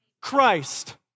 Christ